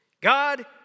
God